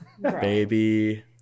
Baby